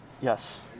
yes